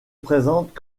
présente